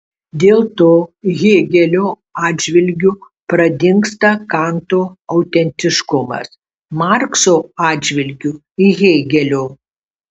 dėl to hėgelio atžvilgiu pradingsta kanto autentiškumas markso atžvilgiu hėgelio